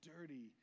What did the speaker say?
dirty